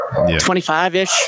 25-ish